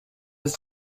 was